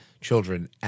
children